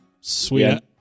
Sweet